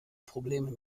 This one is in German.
probleme